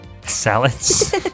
Salads